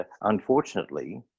unfortunately